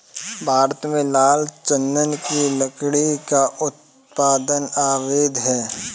भारत में लाल चंदन की लकड़ी का उत्पादन अवैध है